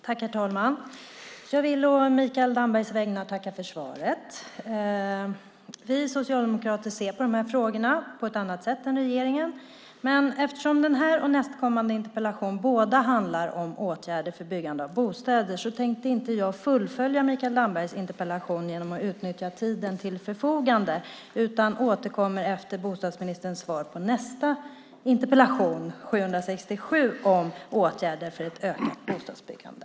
Herr talman! Jag vill å Mikael Dambergs vägnar tacka för svaret. Vi socialdemokrater ser på de här frågorna på ett annat sätt än regeringen. Eftersom både den här och nästkommande interpellation handlar om åtgärder för byggande av bostäder tänker jag inte fullfölja Mikael Dambergs interpellation och utnyttja hela den tid som står till förfogande. Jag återkommer i stället efter bostadsministerns svar på nästa interpellation om åtgärder för ett ökat bostadsbyggande.